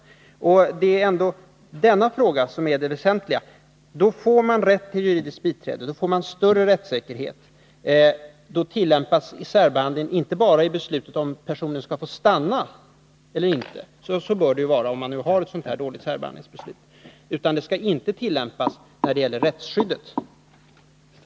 Det är ändå detta som är det väsentliga. Då får man rätt till juridiskt biträde och därmed större rättssäkerhet. Då tillämpas särbehandling inte bara när det gäller beslutet om huruvida personen skall få stanna eller ej — så bör det ju vara om man nu har fattat ett så här dåligt särbehandlingsbeslut. Det skall alltså inte tillämpas i fråga om rättsskyddet.